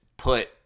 Put